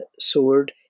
sword